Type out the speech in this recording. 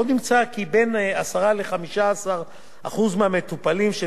עוד נמצא כי בין 10% ל-15% מהמטופלים של